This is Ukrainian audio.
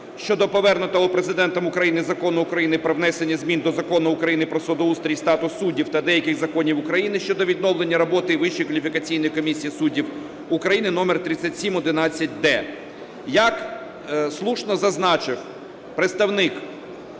щодо повернутого Президентом України Закону України "Про внесення до Закону України "Про судоустрій і статус суддів" та деяких законів України щодо відновлення роботи Вищої кваліфікаційної комісії суддів України (номер 3711-д).